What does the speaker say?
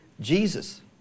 Jesus